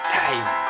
time